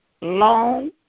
long